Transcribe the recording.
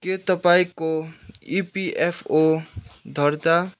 के तपाईँँको इपिएफओ दर्ता